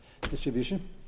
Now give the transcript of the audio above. distribution